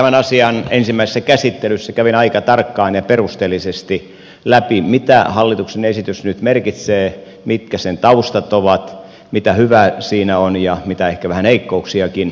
tämän asian ensimmäisessä käsittelyssä kävin aika tarkkaan ja perusteellisesti läpi mitä hallituksen esitys nyt merkitsee mitkä sen taustat ovat mitä hyvää siinä on ja mitä ehkä vähän heikkouksiakin